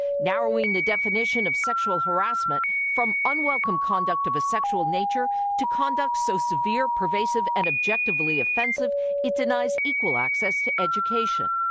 narrowing the definition of sexual harassment from unwelcome conduct of a sexual nature to conduct so severe, pervasive and objectively offensive it denies equal access to education.